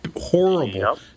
horrible